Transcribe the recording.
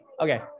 Okay